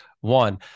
one